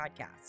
podcast